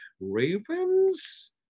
Ravens